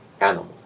animal